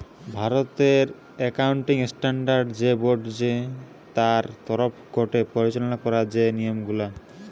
ভারতের accounting standard যে board চে তার তরফ গটে পরিচালনা করা যে নিয়ম গুলা